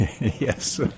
Yes